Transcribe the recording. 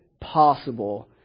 possible